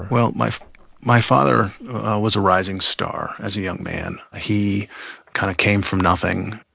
well, my my father was a rising star as a young man. he kind of came from nothing,